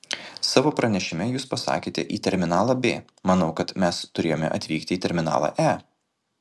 savo pranešime jūs pasakėte į terminalą b manau kad mes turėjome atvykti į terminalą e